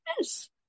yes